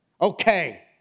Okay